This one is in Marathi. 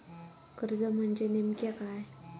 कर्ज म्हणजे नेमक्या काय?